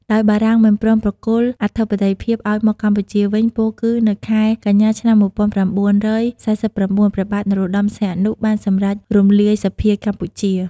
ដោយបារាំងមិនព្រមប្រគល់អធិបតេយ្យភាពឱ្យមកកម្ពុជាវិញ ពោលគឺ នៅខែកញ្ញា ឆ្នាំ ១៩៤៩ ព្រះបាទនរោត្តមសីហនុ បានសំរេចរំលាយសភាកម្ពុជា។